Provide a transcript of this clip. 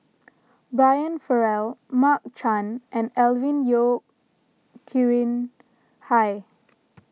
Brian Farrell Mark Chan and Alvin Yeo Khirn Hai